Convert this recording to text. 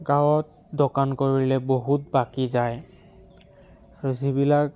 গাঁৱত দোকান কৰিলে বহুত বাকী যায় আৰু যিবিলাক